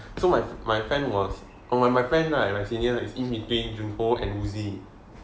so my friend was oh my my friend lah my senior is in between the jun ho and woozi